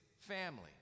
family